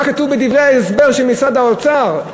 מה כתוב בדברי ההסבר של משרד האוצר,